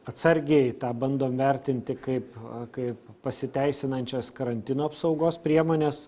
atsargiai tą bandom vertinti kaip kaip pasiteisinančias karantino apsaugos priemones